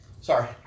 Sorry